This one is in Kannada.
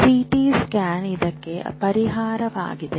ಸಿಟಿ ಸ್ಕ್ಯಾನ್ ಇದಕ್ಕೆ ಪರಿಹಾರವಾಗಿದೆ